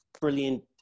brilliant